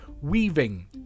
weaving